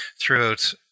throughout